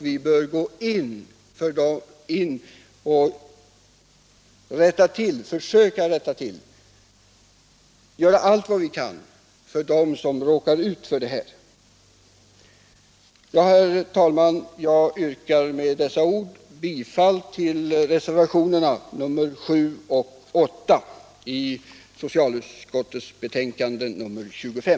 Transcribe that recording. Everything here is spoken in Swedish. Vi bör göra allt vi kan för dem som råkar ut för dessa olyckor. Herr talman! Med det anförda yrkar jag bifall till reservationerna 7 och 8 i socialutskottets betänkande nr 25.